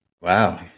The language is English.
Wow